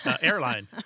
Airline